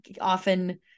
often